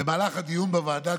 במהלך הדיון בוועדה,